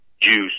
juice